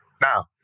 Now